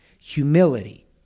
humility